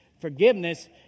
Forgiveness